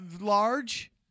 large